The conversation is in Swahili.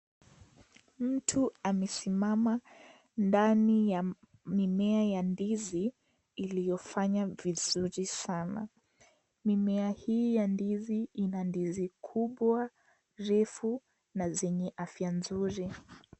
Mtu amesimama ndani ya mimea ya ndizi iliyofanya vizuri sana. Mimea hii ya ndizi ina ndizi kubwa, refu na zenye afya mzuri.